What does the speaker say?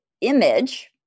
image